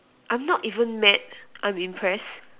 I'm not even mad I'm impressed